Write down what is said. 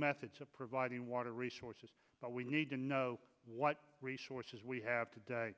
methods of providing water resources but we need to know what resources we have today